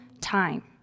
time